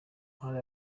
hari